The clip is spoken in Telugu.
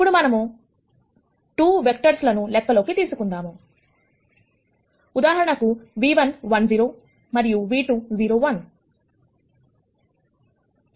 ఇప్పుడు మనం 2 వెక్టర్స్ లను లెక్కలోకి తీసుకుందాం ఉదాహరణకుv1 1 0 మరియు v2 0 1